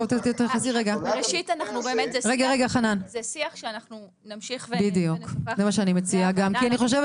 זה שיח שאנחנו נמשיך --- זה מה שאני מציעה כי אני חושבת